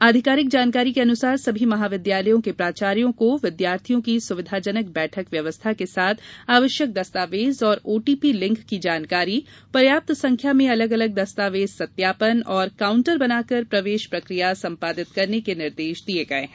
आधिकारिक जानकारी के अनुसार सभी महाविद्यालयों के प्राचार्यो को विद्यार्थियों की सुविधाजनक बैठक व्यवस्था के साथ आवश्यक दस्तावेज एवं ओटीपी लिंक की जानकारी पर्याप्त संख्या में अलग अलग दस्तावेज सत्यापन एवं काउंटर बनाकर प्रवेश प्रक्रिया सम्पादित करने के निर्देश दिये गये हैं